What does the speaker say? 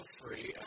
free